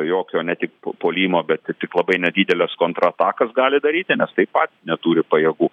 jokio ne tik puolimo bet tik labai nedideles kontratakas gali daryti nes taip pat neturi pajėgų